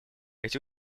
эти